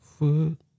Foot